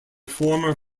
former